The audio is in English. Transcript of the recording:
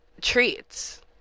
treats